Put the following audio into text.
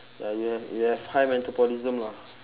ya you have you have high metabolism lah